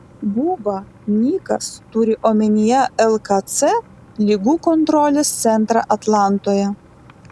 buba nikas turi omenyje lkc ligų kontrolės centrą atlantoje